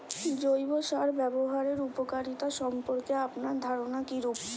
জৈব সার ব্যাবহারের উপকারিতা সম্পর্কে আপনার ধারনা কীরূপ?